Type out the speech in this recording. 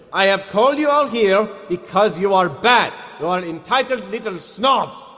i have called you out here, because you are bad. you are entitled little snobs.